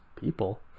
people